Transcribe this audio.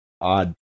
odd